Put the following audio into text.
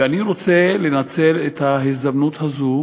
ואני רוצה לנצל את ההזדמנות הזאת